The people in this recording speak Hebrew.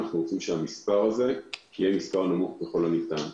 ואנחנו רוצים שהמספר הזה יהיה נמוך ככל הניתן.